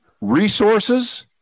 Resources